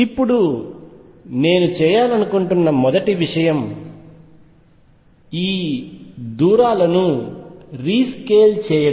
ఇప్పుడు నేను చేయాలనుకుంటున్న మొదటి విషయం దూరాలను రీస్కేల్ చేయడం